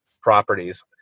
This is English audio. properties